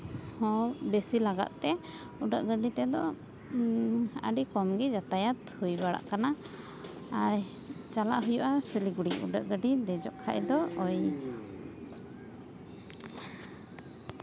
ᱦᱚᱸ ᱵᱤᱥᱤ ᱞᱟᱜᱟᱜ ᱛᱮ ᱩᱰᱟᱹᱜ ᱜᱟᱹᱰᱤ ᱛᱮᱫᱚ ᱟᱹᱰᱤ ᱠᱚᱢ ᱜᱮ ᱡᱟᱛᱟᱭᱟᱛ ᱦᱩᱭ ᱵᱟᱲᱟᱜ ᱠᱟᱱᱟ ᱟᱨ ᱪᱟᱞᱟᱜ ᱦᱩᱭᱩᱜᱼᱟ ᱥᱤᱞᱤᱜᱩᱲᱤ ᱩᱰᱟᱹᱜ ᱜᱟᱹᱰᱤ ᱫᱮᱡᱚᱜ ᱠᱷᱟᱡ ᱫᱚ ᱳᱭ